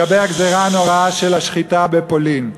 לגבי הגזירה הנוראה של השחיטה בפולין.